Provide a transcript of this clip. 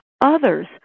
Others